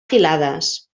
filades